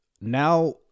now